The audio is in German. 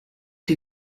die